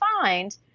find